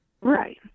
right